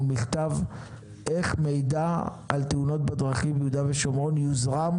מכתב איך מידע על תאונות בדרכים ביהודה ושומרון יוזרם